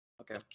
Okay